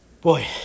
boy